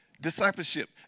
discipleship